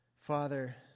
Father